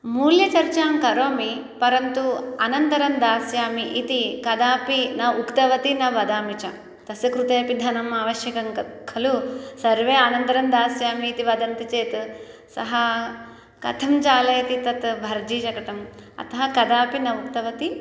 मूल्यचर्चां करोमि परन्तु अनन्तरं दास्यामि इति कदापि न उक्तवती न वदामि च तस्य कृते अपि धनम् अवश्यकं खलु सर्वे अनन्तरं दास्यामि इति वदन्ति चेत् सः कथं चालयति तत् भर्जी शकटम् अतः कदापि न उक्तवती